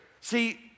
See